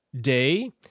day